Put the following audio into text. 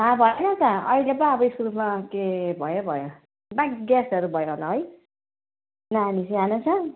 थाह भएन त अहिले पो अब स्कुलमा के भयो भयो वा ग्यासहरू भयो होला है नानी सानो छ